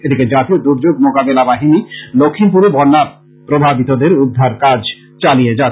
এদিকে জাতীয় দুর্দযোগ মোকাবিলা বাহিনী লক্ষীমপুরে বন্যা প্রভাবিতদের উদ্ধারে কাজ করছে